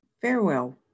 farewell